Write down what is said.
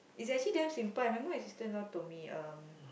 is actually damn simple I remember my sister-in-law told me um